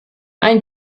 ein